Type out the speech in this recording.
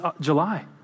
July